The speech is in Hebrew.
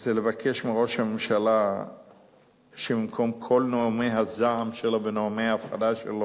זה לבקש מראש הממשלה שבמקום כל נאומי הזעם שלו ונאומי ההפחדה שלו,